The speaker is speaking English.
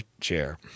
chair